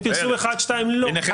פרסום אחד, שתיים לא.